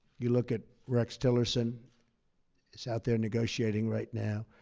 you look at rex tillerson he's out there negotiating right now.